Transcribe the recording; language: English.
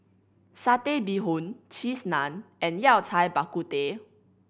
Satay Bee Hoon Cheese Naan and Yao Cai Bak Kut Teh